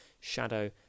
Shadow